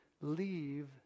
leave